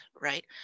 right